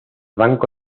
banco